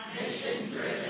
mission-driven